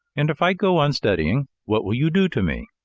and if i go on studying, what will you do to me?